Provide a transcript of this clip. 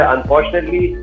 Unfortunately